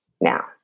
now